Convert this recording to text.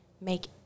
make